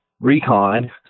recon